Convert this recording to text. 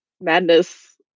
Madness